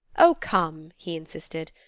oh, come! he insisted.